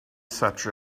such